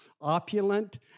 opulent